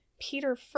Peter